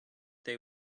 they